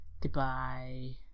goodbye